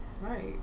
Right